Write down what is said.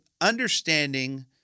understanding